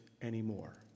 anymore